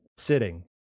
sitting